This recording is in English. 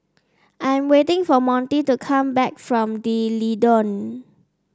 I'm waiting for Monty to come back from D'Leedon